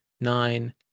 nine